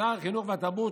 וכשר החינוך והתרבות,